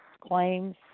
claims